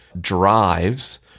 drives